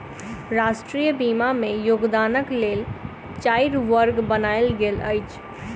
राष्ट्रीय बीमा में योगदानक लेल चाइर वर्ग बनायल गेल अछि